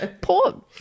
Poor